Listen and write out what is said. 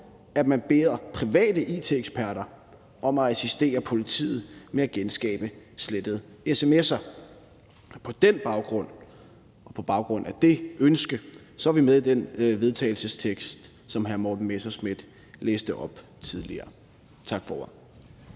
at man beder private it-eksperter om at assistere politiet med at genskabe slettede sms'er. På den baggrund og på baggrund af det ønske er vi med i den vedtagelsestekst, som hr. Morten Messerschmidt læste op tidligere. Tak for